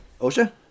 Osha